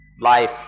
Life